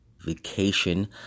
vacation